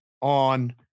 on